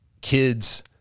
kids